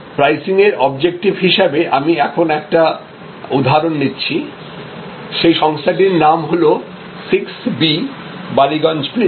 প্রাইসিংয়ের objective হিসাবে আমি এখন একটা উদাহরণ নিচ্ছি সেই সংস্থাটির নাম হল 6 B বালিগঞ্জ প্লেস